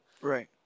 Right